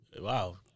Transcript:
Wow